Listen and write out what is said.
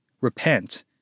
repent